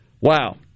wow